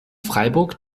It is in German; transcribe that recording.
freiburg